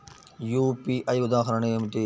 UPI ఉదాహరణ ఏమిటి?